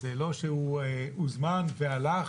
אז זה לא שהוא הוזמן והלך.